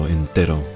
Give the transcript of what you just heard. entero